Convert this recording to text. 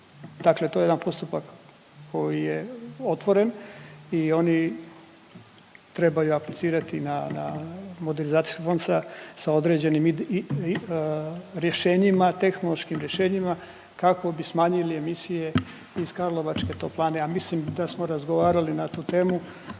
Dakle to je jedan postupak koji je otvoren i oni trebaju aplicirati na modernizacijski fond sa određenim rješenjima, tehnološkim rješenjima kako bi smanjili emisije iz karlovačke toplane, a mislim da smo razgovarali na tu temu